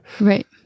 Right